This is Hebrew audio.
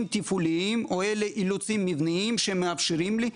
טיפוליים או אלה אילוצים מבניים שמאפשרים לי,